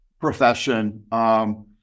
profession